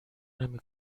نمی